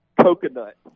coconut